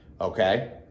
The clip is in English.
okay